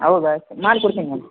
ಹೌದಾ ಸರ್ ಮಾಡಿ ಕೊಡ್ತೀನಿ ಬನ್ನಿ